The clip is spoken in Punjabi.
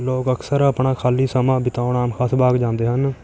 ਲੋਕ ਅਕਸਰ ਆਪਣਾ ਖ਼ਾਲੀ ਸਮਾਂ ਬਿਤਾਉਣ ਆਮ ਖ਼ਾਸ ਬਾਗ਼ ਜਾਂਦੇ ਹਨ